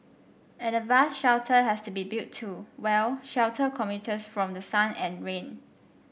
and a bus shelter has to be built to well shelter commuters from the sun and rain